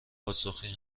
پاسخی